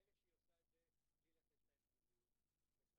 מילא שהיא עושה את זה בלי לתת להם גיבוי מספק,